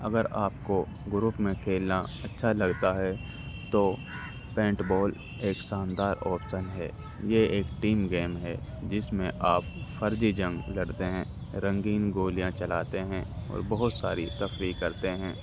اگر آپ کو گروپ میں کھیلنا اچھا لگتا ہے تو پینٹ بال ایک شاندار آپسن ہے یہ ایک ٹیم گیم ہے جس میں آپ فرضی جنگ لڑتے ہیں رنگین گولیاں چلاتے ہیں اور بہت ساری تفریح کرتے ہیں